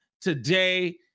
today